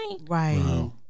Right